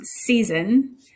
season